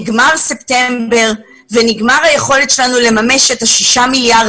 נגמר חודש ספטמבר ונגמרה היכולת שלנו לממש את ששת מיליארדי